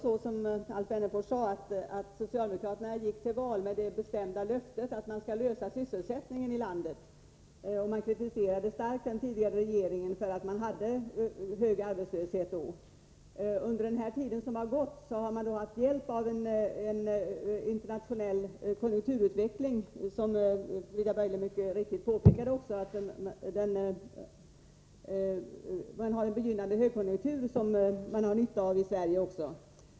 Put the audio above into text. Som Alf Wennerfors sade gick socialdemokraterna till val med det bestämda löftet att man skulle lösa problemet med sysselsättningen i landet, och man kritiserade starkt den tidigare regeringen för att det var hög arbetslöshet då. Under den tid som gått har regeringen haft hjälp av en begynnande internationell högkonjunktur, vilket Frida Berglund mycket riktigt påpekade.